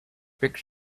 picks